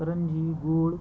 करंजी गुळ